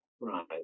Right